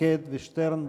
שקד ושטרן,